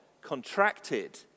contracted